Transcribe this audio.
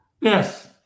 yes